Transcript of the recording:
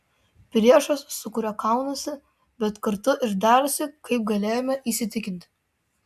priešas su kuriuo kaunasi bet kartu ir derasi kaip galėjome įsitikinti